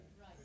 Right